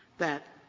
that,